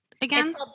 again